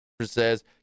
says